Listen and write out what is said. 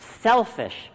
Selfish